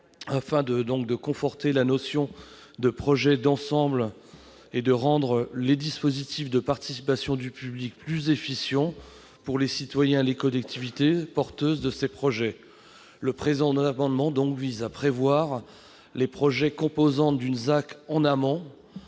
Afin de conforter la notion de projet d'ensemble et de rendre les dispositifs de participation du public plus efficients pour les citoyens et les collectivités porteuses de ces projets, le présent amendement vise à prévoir les projets composant d'une ZAC en amont,